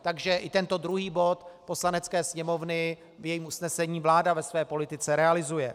Takže i tento druhý bod Poslanecké sněmovny v jejím usnesení vláda ve své politice realizuje.